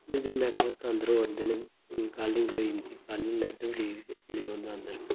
एह्दे नैट्टवर्क अदंर बी ओंदे न कालिंग बी होई जंदी कालिंग नैट्ट बी ठीक चली पौंदा अदंर